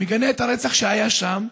מגנה את הרצח שהיה שם.